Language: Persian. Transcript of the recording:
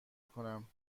کنم